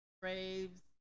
Braves